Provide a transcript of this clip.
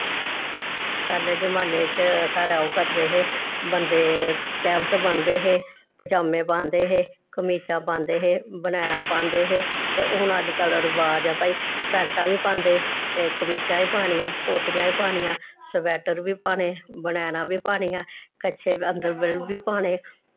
पैह्ले जमान्ने च साढ़े ओह् करदे हे बंदे तैह्मत बन्नदे हे पजामें पांदे हे कमीचां पांदे हे बनैना पांदे हे ते हून अजकल्ल रवाज ऐ भई पैंटां बी पांदे ते कमीचां बी पानियां कोट्टियां बी पानियां स्वेटर बी पाने ते बनैना बी पानियां कच्छे अंडरवियर बी पाने